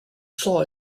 saw